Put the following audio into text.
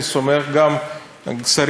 לכן, מבחינתי אני סומך, וגם שרים אחרים.